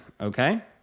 okay